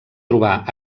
trobar